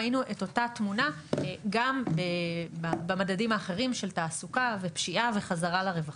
ראינו את אותה תמונה גם במדדים האחרים של תעסוקה ופשיעה וחזרה לרווחה.